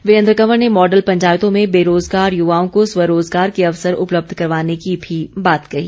वीरेंद्र कंवर ने मॉडल पंचायतों में बेरोजगार युवाओं को स्वरोजगार के अवसर उपलब्ध करवाने की भी बात कही